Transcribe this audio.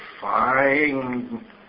Fine